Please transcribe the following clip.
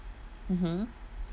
mmhmm